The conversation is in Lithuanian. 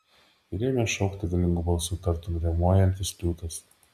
ir ėmė šaukti galingu balsu tartum riaumojantis liūtas